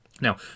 Now